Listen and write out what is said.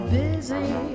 busy